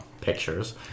pictures